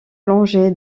plongé